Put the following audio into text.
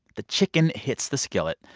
the chicken hits the skillet.